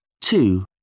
Two